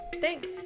Thanks